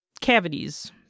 cavities